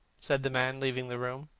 said the man, leaving the room.